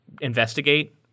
investigate